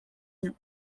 union